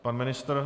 Pan ministr?